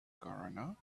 gardener